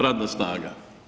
Radna snaga.